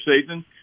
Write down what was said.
season